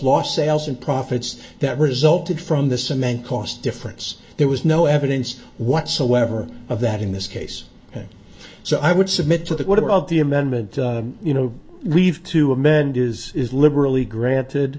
lost sales and profits that resulted from the cement cost difference there was no evidence whatsoever of that in this case and so i would submit to that whatever of the amendment you know we've to amend is is liberally granted